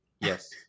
Yes